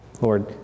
Lord